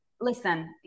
listen